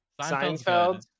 seinfeld